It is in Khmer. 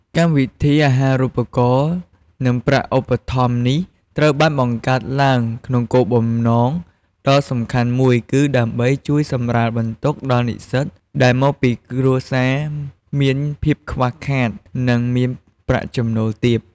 កម្មវិធីអាហារូបករណ៍ និងប្រាក់ឧបត្ថម្ភនេះត្រូវបានបង្កើតឡើងក្នុងគោលបំណងដ៏សំខាន់មួយគឺដើម្បីជួយសម្រាលបន្ទុកដល់និស្សិតដែលមកពីគ្រួសារមានភាពខ្វះខាត ឬមានប្រាក់ចំណូលទាប។